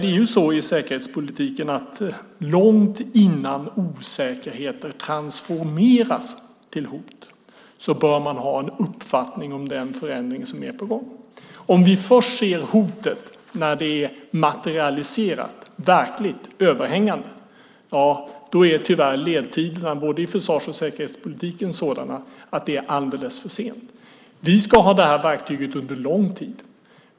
Det är så i säkerhetspolitiken, Peter Rådberg, att långt innan osäkerheter transformeras till hot bör man ha en uppfattning om den förändring som är på gång. Om vi ser hotet först när det är materialiserat, verkligt, överhängande, ja, då är tyvärr ledtiderna i både försvars och säkerhetspolitiken sådana att det är alldeles för sent. Vi ska ha det här verktyget under lång tid.